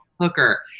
hooker